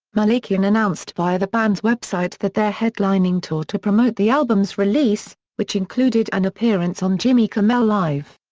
malakian announced via the band's website that their headlining tour to promote the album's release, which included an appearance on jimmy kimmel live,